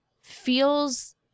feels